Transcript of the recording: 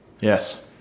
yes